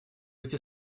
эти